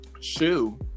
Shoe